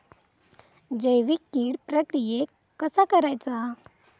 जैविक कीड प्रक्रियेक कसा करायचा?